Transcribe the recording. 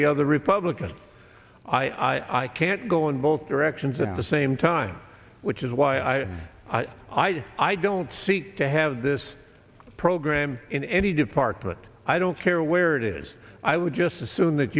the other republicans i can't go in both directions at the same time which is why i i don't seek to have this program in any department i don't care where it is i would just assume that